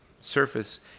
surface